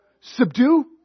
Subdue